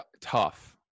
tough